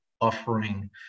offering